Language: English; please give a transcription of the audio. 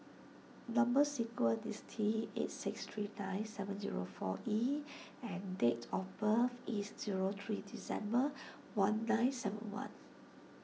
Number Sequence is T eight six three nine seven zero four E and date of birth is zero three December one nine seven one